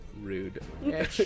Rude